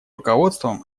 руководством